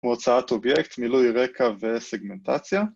הוצאת אובייקט, מילוי רקע וסגמנטציה